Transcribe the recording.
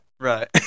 Right